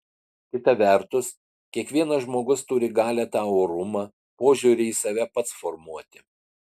kita vertus kiekvienas žmogus turi galią tą orumą požiūrį į save pats formuoti